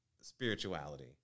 spirituality